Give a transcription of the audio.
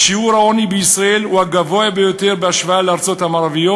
"שיעור העוני בישראל הוא הגבוה ביותר בהשוואה לארצות המערביות"